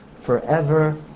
forever